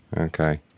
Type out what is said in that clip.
Okay